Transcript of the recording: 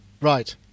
Right